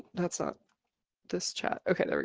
that's not this chat. okay, there we